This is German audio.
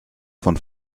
von